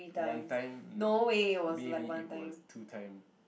one time no maybe it was two times